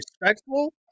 respectful